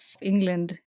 England